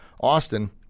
Austin